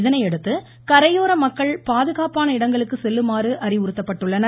இதனையடுத்து கரையோர மக்கள் பாதுகாப்பான இடங்களுக்குச் செல்லுமாறு அறிவுறுத்தப்பட்டுள்ளனர்